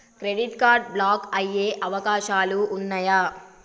Credit card block అయ్యే అవకాశాలు ఉన్నయా?